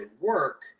work